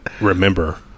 remember